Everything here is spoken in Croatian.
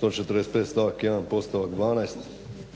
145.stavak 1.postavak 12.ovo